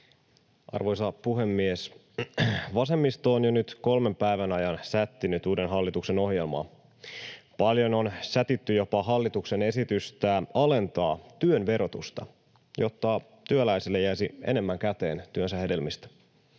Arvoisa puhemies! Vasemmisto on nyt jo kolmen päivän ajan sättinyt uuden hallituksen ohjelmaa. Paljon on sätitty jopa hallituksen esitystä alentaa työn verotusta, jotta työläiselle jäisi enemmän käteen työnsä hedelmistä.